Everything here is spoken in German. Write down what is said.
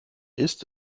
ist